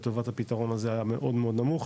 לטובת הפתרון הזה היה מאוד מאוד נמוך,